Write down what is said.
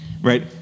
right